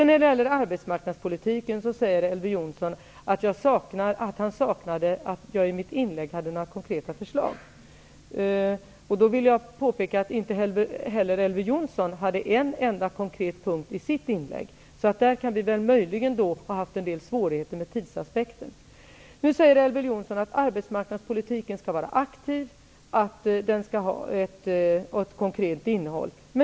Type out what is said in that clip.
När det gäller arbetsmarknadspolitiken säger Elver Jonsson att han saknade konkreta förslag i mitt inlägg. Då vill jag påpeka att inte heller Elver Jonsson hade en enda konkret punkt i sitt inlägg. Där kan vi möjligen ha haft en del svårigheter med tidsaspekten. Nu säger Elver Jonsson att arbetsmarknadspolitiken skall vara aktiv, att den skall ha ett konkret innehåll.